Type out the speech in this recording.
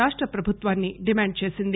రాష్ట ప్రభుత్వాన్ని డిమాండ్ చేసింది